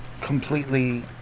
completely